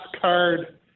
card